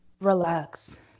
Relax